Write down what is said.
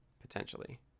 potentially